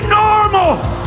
normal